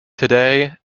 today